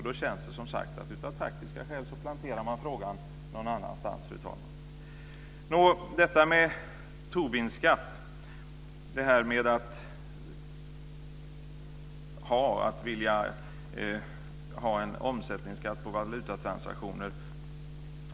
Det känns som sagt som att man av taktiska skäl planterar frågan någon annanstans, fru talman. Det handlar alltså om Tobinskatt - om att vilja ha en omsättningsskatt på valutatransaktioner.